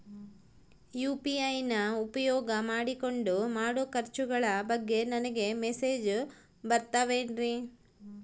UPI ನ ಉಪಯೋಗ ಮಾಡಿಕೊಂಡು ಮಾಡೋ ಖರ್ಚುಗಳ ಬಗ್ಗೆ ನನಗೆ ಮೆಸೇಜ್ ಬರುತ್ತಾವೇನ್ರಿ?